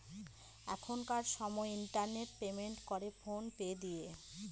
এখনকার সময় internet payment করে ফোন পে দিয়ে